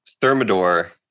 Thermidor